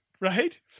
right